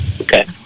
Okay